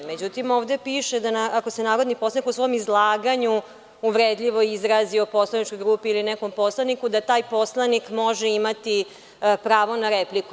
Međutim, ovde piše da ako se narodni poslanik u svom izlaganju uvredljivo izrazi o poslaničkoj grupi ili nekom poslaniku, taj poslanik može imati pravo na repliku.